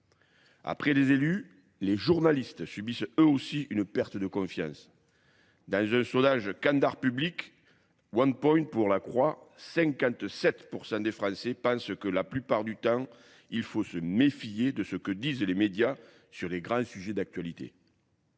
Après les élus, les journalistes subissent eux aussi une perte de confiance. Dans un sondage candar public, One point pour la Croix, 57% des Français pensent que la plupart du temps, il faut se méfier de ce que disent les médias sur les grands sujets d'actualité.